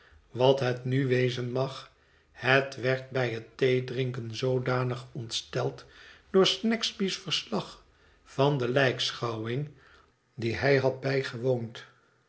wat het nu wezen mag het werd bij het theedrinken zoodanig ontsteld door snagsby's verslag van delijkschouwing die hij had bijgewoond